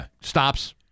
stops